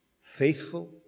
faithful